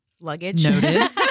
luggage